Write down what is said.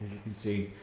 can see,